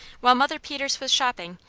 while mother peters was shopping,